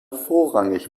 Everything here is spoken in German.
vorrangig